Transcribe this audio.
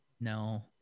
No